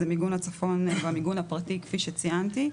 אז מיגון הצפון במיגון הפרטי כפי שציינתי,